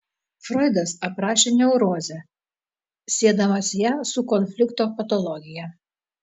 froidas aprašė neurozę siedamas ją su konflikto patologija